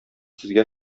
сезгә